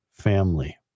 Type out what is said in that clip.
family